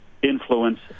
influence